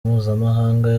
mpuzamahanga